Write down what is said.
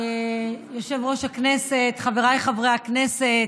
יושב-ראש הישיבה, חבריי חברי הכנסת,